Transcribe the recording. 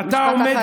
משפט אחרון.